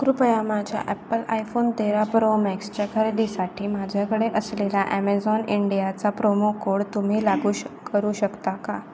कृपया माझ्या Apple iPhone तेरा प्रो मॅक्सच्या खरेदीसाठी माझ्याकडे असलेल्या ॲमेझॉन इंडियाचा प्रोमो कोड तुम्ही लागू शक करू शकता का